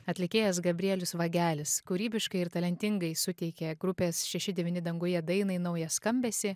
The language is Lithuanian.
atlikėjas gabrielius vagelis kūrybiškai ir talentingai suteikė grupės šeši devyni danguje dainai naują skambesį